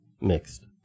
mixed